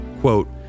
quote